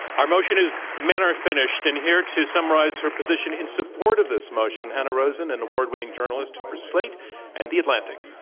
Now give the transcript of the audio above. our motion is men are finished, and here to summarize her position in support of this motion, hanna rosin, an award-winning journalist for slate and the atlantic.